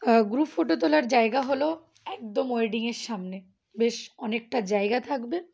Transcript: group photo তোলার জায়গা হলো একদম ওয়েডিংয়ের সামনে বেশ অনেকটা জায়গা থাকবে